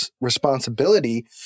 responsibility